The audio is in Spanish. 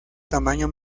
tamaño